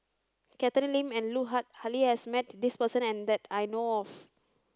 Catherine Lim and Lut Ali has met this person that I know of